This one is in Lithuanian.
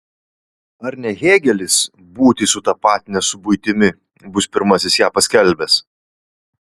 ar ne hėgelis būtį sutapatinęs su buitimi bus pirmasis ją paskelbęs